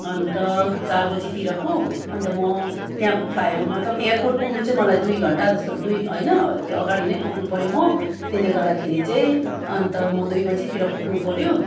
अन्त चार बजेतिरको अन्त म त्यहाँ फ्लाइ मतलब एयरपोर्ट पुग्नु चाहिँ मलाई दुई घन्टा जस्तो दुई होइन त्यो अगाडि नै पुग्नु पऱ्यो म त्यसले गर्दाखेरि चाहिँ अन्त म दुई बजेतिर पुग्नु पऱ्यो